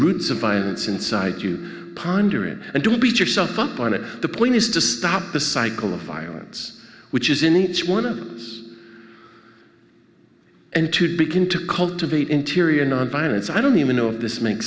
roots of violence inside you ponder it and don't beat yourself up on it the point is to stop the cycle of violence which is in each one of and to begin to cultivate interior nonviolence i don't even know if this makes